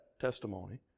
testimony